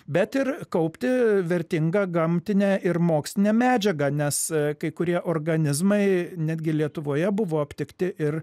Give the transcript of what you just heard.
bet ir kaupti vertingą gamtinę ir mokslinę medžiagą nes kai kurie organizmai netgi lietuvoje buvo aptikti ir